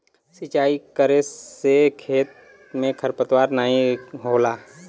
सिंचाई करे से खेत में खरपतवार नाहीं होला